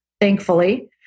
thankfully